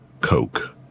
Coke